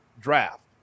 draft